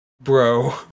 bro